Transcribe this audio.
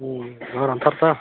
आंना थाब थाब